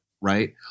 right